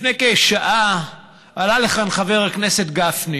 לפני כשעה עלה לכאן חבר הכנסת גפני